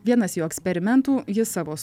vienas jo eksperimentų jis savo